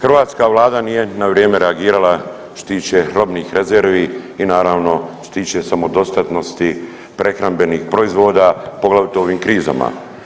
Hrvatska Vlada nije na vrijeme reagirala što se tiče robnih rezervi i naravno, što se tiče samodostatnosti prehrambenih proizvoda, poglavito u ovim krizama.